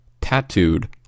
tattooed